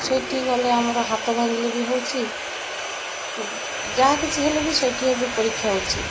ସେଇଠି ଗଲେ ଆମର ହାତ ଭାଙ୍ଗିଲେ ବି ହେଉଛି ଯାହା କିଛି ହେଲେ ବି ସେଇଠି ବି ପରୀକ୍ଷା ହେଉଛି